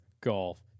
golf